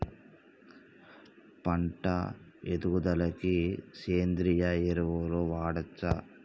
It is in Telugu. పంట ఎదుగుదలకి సేంద్రీయ ఎరువులు వాడచ్చా?